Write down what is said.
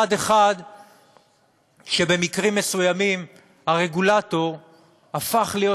צד אחד שבמקרים מסוימים הרגולטור הפך להיות,